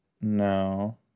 No